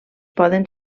poden